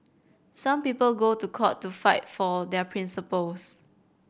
some people go to court to fight for their principles